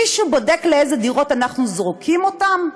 מישהו בודק לאיזה דירות אנחנו זורקים אותם?